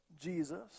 Jesus